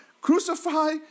Crucify